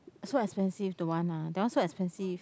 so expensive don't want lah that one so expensive